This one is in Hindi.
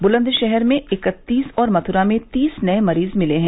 बुलंदशहर में इकत्तीस और मथुरा में तीस नए मरीज मिले हैं